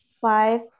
five